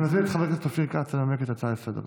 אני מזמין את חבר הכנסת אופיר כץ לנמק את ההצעה לסדר-היום.